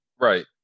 Right